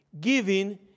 giving